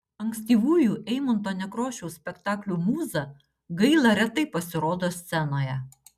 ankstyvųjų eimunto nekrošiaus spektaklių mūza gaila retai pasirodo scenoje